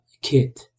Kit